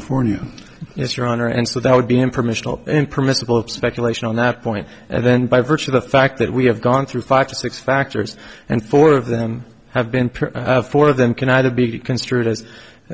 your honor and so that would be informational and permissible speculation on that point and then by virtue of the fact that we have gone through five to six factors and four of them have been four of them can either be construed as